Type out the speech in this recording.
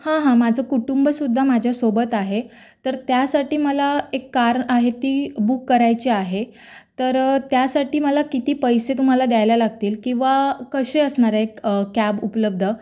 हां हां माझं कुटुंबसुद्धा माझ्यासोबत आहे तर त्यासाठी मला एक कार आहे ती बुक करायची आहे तर त्यासाठी मला किती पैसे तुम्हाला द्यायला लागतील किंवा कसे असणार आहे कॅब उपलब्ध